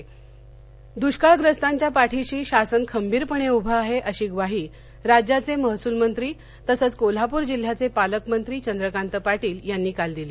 चंद्रकांत पाटील कोल्हापर दुष्काळग्रस्तांच्या पाठीशी शासन खंबीरपणे उभं आहे अशी ग्वाही राज्याचे महसूलमंत्री तथा कोल्हापूर जिल्ह्याचे पालकमंत्री चंद्रकांत पाटील यांनी काल दिली